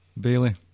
Bailey